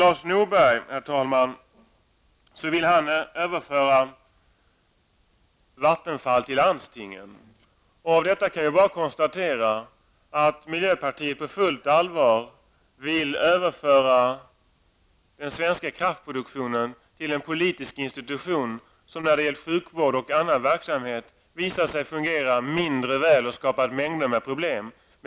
Lars Norberg vill överföra Vattenfall till landstingen. Av detta kan jag bara konstatera att miljöpartiet på fullt allvar vill överföra den svenska kraftproduktionen till en politisk institution som när det gäller sjukvård och annan verksamhet visat sig fungera mindre väl och skapat mängder med problem.